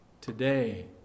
today